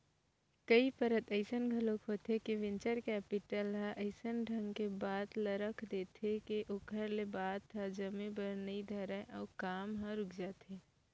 कई परत अइसन घलोक होथे के वेंचर कैपिटल ह अइसन ढंग के बात रख देथे के ओखर ले बात ह जमे बर नइ धरय अउ काम ह रुक जाथे